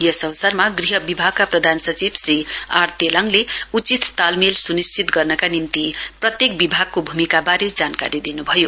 यस अवसरमा गृह विभागका प्रधानसचिव श्री आर तेलाङले उचित तालमेल स्निश्चित गर्नका निम्ति प्रत्येक विभागको भूमिकाबारे जानकारी दिनुभयो